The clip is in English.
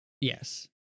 Yes